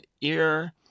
ear